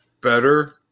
better